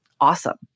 awesome